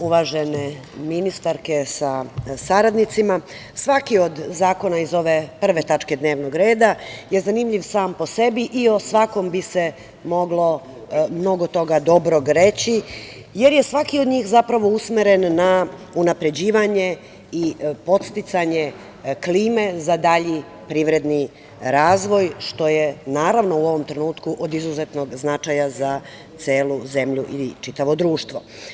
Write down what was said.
Uvažene ministarke sa saradnicima, svaki od zakona iz ove prve tačke dnevnog reda je zanimljiv sam po sebi i o svakom bi se moglo mnogo toga dobrog reći, jer je svaki od njih zapravo usmeren na unapređivanje i podsticanje klime za dalji privredni razvoj, što je, naravno, u ovom trenutku od izuzetnog značaja za celu zemlju i čitavo društvo.